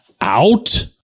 out